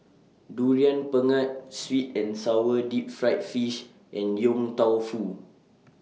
Durian Pengat Sweet and Sour Deep Fried Fish and Yong Tau Foo